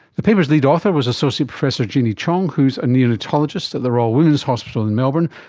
the paper's lead author was associate professor jeanie cheong who is a neonatologist at the royal women's hospital in melbourne,